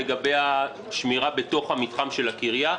לגבי השמירה בתוך המתחם של הקריה,